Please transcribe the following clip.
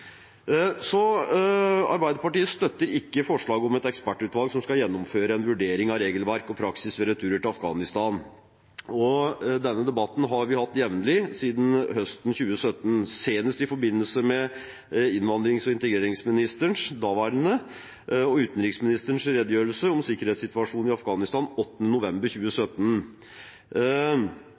Arbeiderpartiet støtter ikke forslaget om et ekspertutvalg som skal gjennomføre en vurdering av regelverk og praksis ved returer til Afghanistan. Denne debatten har vi hatt jevnlig siden høsten 2017, senest i forbindelse med daværende innvandrings- og integreringsministers og utenriksministerens redegjørelse om sikkerhetssituasjonen i Afghanistan 8. november 2017.